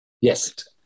yes